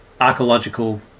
archaeological